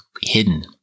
hidden